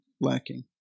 lacking